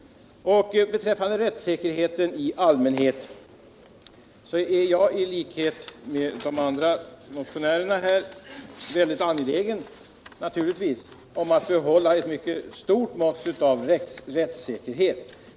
Beträffande rättssäkerheten i allmänhet är jag i likhet med de andra motionärerna naturligtvis väldigt angelägen om att uppehålla ett mycket stort mått av rättssäkerhet.